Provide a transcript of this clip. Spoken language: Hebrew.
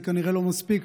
זה כנראה לא מספיק,